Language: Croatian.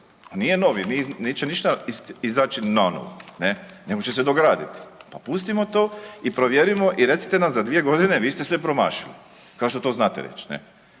nije novi, neće ništa izaći nanovo, ne može se dograditi, pa pustimo to i provjerimo i recite nam za 2.g. vi ste sve promašili kao što to znate reć